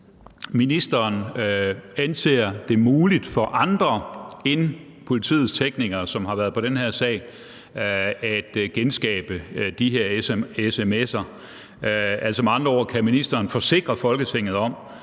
ministeren anser det muligt for andre end politiets teknikere, som har været på den her sag, at genskabe de her sms'er. Med andre ord: Kan ministeren forsikre Folketinget om,